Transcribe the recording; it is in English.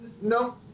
No